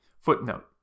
Footnote